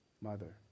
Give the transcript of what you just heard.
mother